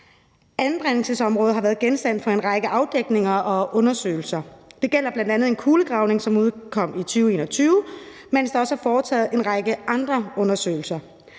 Anbringelsesområdet har været genstand for en række afdækninger og undersøgelser. Det gælder bl.a. en kulegravning, som udkom i 2021, mens der også er foretaget en række andre undersøgelser.